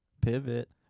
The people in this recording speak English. Pivot